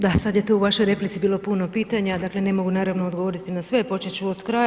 Da, sad je tu u vašoj replici bilo puno pitanja dakle ne mogu naravno odgovoriti na sve, počet ću od kraja.